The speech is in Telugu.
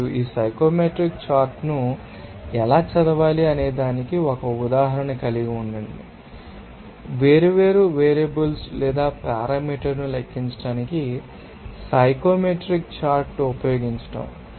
మరియు ఈ సైకోమెట్రిక్ చార్ట్ను ఎలా చదవాలి అనేదానికి ఒక ఉదాహరణను కలిగి ఉండండి లేదా వేర్వేరు వేరియబుల్స్ లేదా పారామీటర్ ను లెక్కించడానికి సైకోమెట్రిక్ చార్ట్ను ఉపయోగించండి